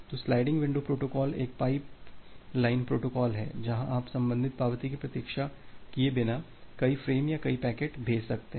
तो sliding window protocol एक pipeline protocol है जहां आप संबंधित पावती की प्रतीक्षा किए बिना कई फ्रेम या कई पैकेट भेज सकते हैं